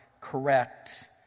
correct